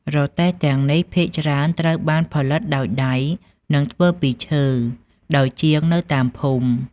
រទេះទាំងនេះភាគច្រើនត្រូវបានផលិតដោយដៃ និងធ្វើពីឈើដោយជាងនៅតាមភូមិ។